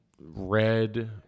red